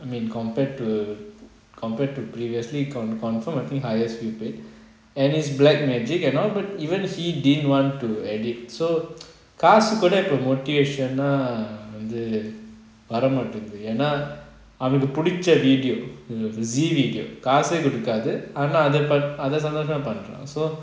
I mean compared to compared to previously con~ confirm I think highest pre paid and its black magic and all but even he didn't want to edit so காசு கூட இப்போ:kaasu kuda ipo motivation lah வந்து வர மாட்டிக்கிது என்ன அவனுக்கு பிடிச்ச:vanthu vara maatingithu enna avanuku pidicha video காசெய் கொடுக்காது ஆனா அத சந்தோசமா பண்றன்:kaasey kudukathu aana atha santhosama panran so